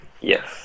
Yes